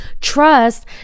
Trust